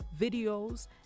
videos